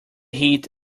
heat